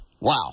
Wow